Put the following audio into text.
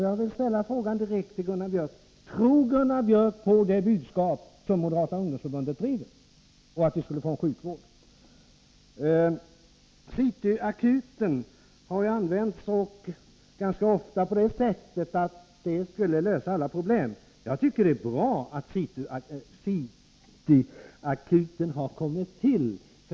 Jag vill ställa frågan direkt till Gunnar Biörck: Tror Gunnar Biörck på det budskap moderata ungdomsförbundet framför? City Akuten har ju använts ganska ofta som något som skulle lösa alla problem. Jag tycker det är bra att City Akuten har kommit till.